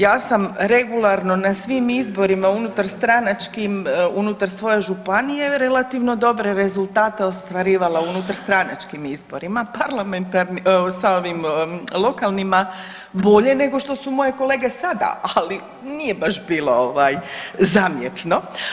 Ja sam regularno na svim izborima unutarstranačkim unutar svoje županije relativno dobre rezultate ostvarivala unutar stranačkim izborima, sa lokalnima bolje nego što su moje kolege sada ali nije baš bilo zamjetno.